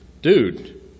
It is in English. Dude